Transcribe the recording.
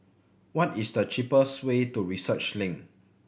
what is the cheapest way to Research Link